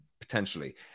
potentially